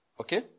okay